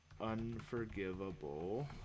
unforgivable